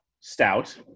stout